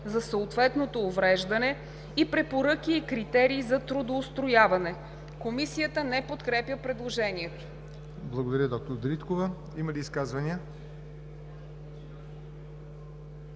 за съответното увреждане и препоръки и критерии за трудоустрояване.“ Комисията не подкрепя предложението. ПРЕДСЕДАТЕЛ ЯВОР НОТЕВ: Благодаря, доктор Дариткова. Има ли изказвания?